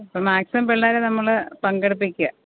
അപ്പം മാക്സിമം പിള്ളേരെ നമ്മൾ പങ്കെടുപ്പിക്കുക